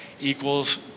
equals